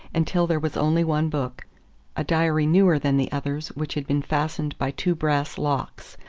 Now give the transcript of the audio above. until there was only one book a diary newer than the others which had been fastened by two brass locks,